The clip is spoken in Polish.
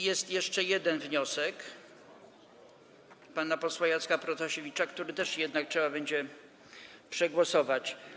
Jest jeszcze jeden wniosek, pana posła Jacka Protasiewicza, który też trzeba będzie przegłosować.